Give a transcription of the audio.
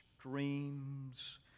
Dreams